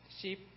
sheep